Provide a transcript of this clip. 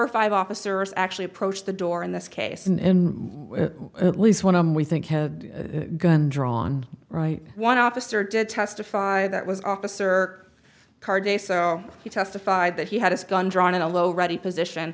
or five officers actually approached the door in this case and at least one arm we think have a gun drawn right one officer did testify that was officer carde so he testified that he had his gun drawn in a low ready position